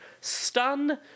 stun